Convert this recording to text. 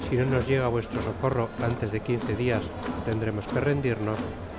si no nos llega vuestro socorro antes de quince dias tendremos que rendirnos